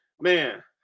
man